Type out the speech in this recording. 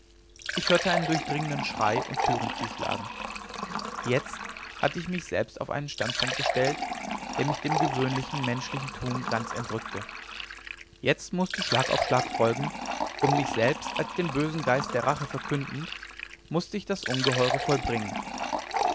ich hörte einen durchdringenden schrei und türen zuschlagen jetzt hatte ich mich selbst auf einen standpunkt gestellt der mich dem gewöhnlichen menschlichen tun ganz entrückte jetzt mußte schlag auf schlag folgen und mich selbst als den bösen geist der rache verkündend mußte ich das ungeheuere vollbringen